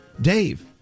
Dave